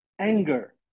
anger